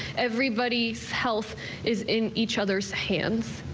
everybody's health is in each other's hands.